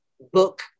book